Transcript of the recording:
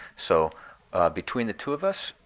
so between the two of us,